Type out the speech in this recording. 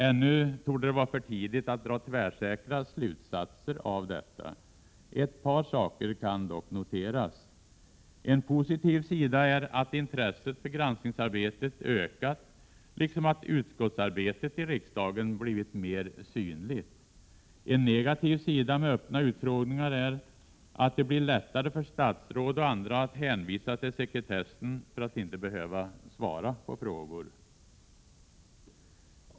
Ännu torde det vara för tidigt att dra tvärsäkra slutsatser av detta. Ett par saker kan dock noteras. En positiv sida är att intresset för granskningsarbetet ökat, liksom att utskottsarbetet i riksdagen blivit mer synligt. En negativ sida med öppna utfrågningar är att det blivit lättare för statsråd och andra att hänvisa till sekretessen för att slippa svara på frågor.